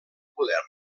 poder